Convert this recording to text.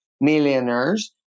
millionaires